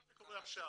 מה שקורה עכשיו,